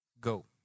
go